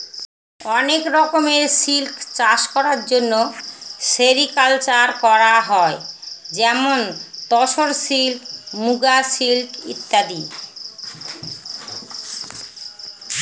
অনেক রকমের সিল্ক চাষ করার জন্য সেরিকালকালচার করা হয় যেমন তোসর সিল্ক, মুগা সিল্ক ইত্যাদি